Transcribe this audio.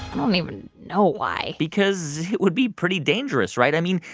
um even know why. because it would be pretty dangerous, right? i mean,